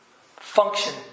function